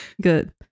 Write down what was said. Good